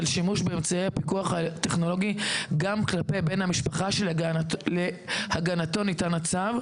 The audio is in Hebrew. על שימוש באמצעי הפיקוח הטכנולוגי גם כלפי בן המשפחה שלהגנתו ניתן הצו,